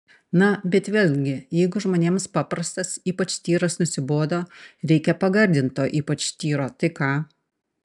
na bet vėlgi jeigu žmonėms paprastas ypač tyras nusibodo reikia pagardinto ypač tyro tai ką